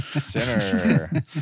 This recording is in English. sinner